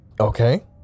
Okay